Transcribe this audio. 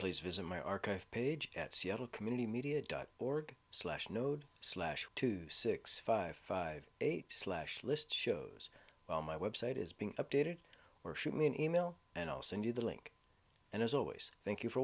please visit my archive page at seattle community media dot org slash node slash two six five five eight slash list shows well my website is being updated or shoot me an email and i'll send you the link and as always thank you for